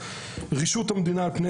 ואם רוצים להגיע למשהו פרודוקטיבי,